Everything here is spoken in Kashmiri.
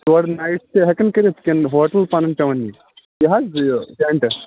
ہٮ۪کن کٔرِتھ کِنۍ ہوٹل پَنُن پٮ۪وان یہِ حظ یہِ جںٹٕس